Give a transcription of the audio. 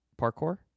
Parkour